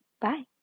bye